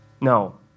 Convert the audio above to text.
No